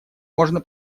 можно